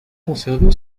conservée